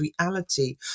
reality